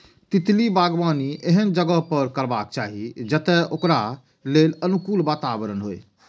तितली बागबानी एहन जगह पर करबाक चाही, जतय ओकरा लेल अनुकूल वातावरण होइ